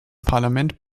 parlament